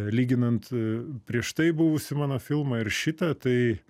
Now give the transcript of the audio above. lyginant prieš tai buvusį mano filmą ir šitą tai